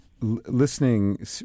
listening